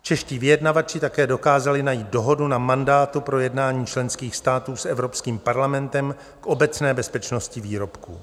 Čeští vyjednavači také dokázali najít dohodu na mandát o projednání členských států s Evropským parlamentem k obecné bezpečnosti výrobků.